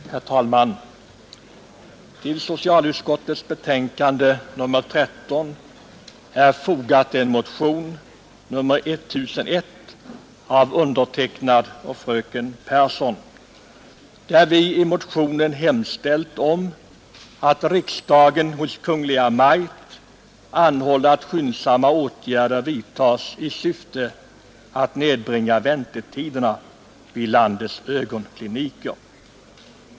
Herr talman! I socialutskottets betänkande nr 13 har behandlats bl.a. motionen 1001 av undertecknad och fröken Pehrsson. I motionen har vi hemställt att ”riksdagen hos Kungl. Maj:t anhåller om att skyndsamma åtgärder vidtas i syfte att nedbringa väntetiderna på landets ögonkliniker”.